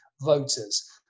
voters